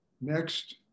next